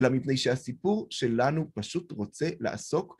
אבל מפני שהסיפור שלנו פשוט רוצה לעסוק